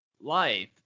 life